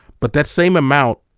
but that same amount,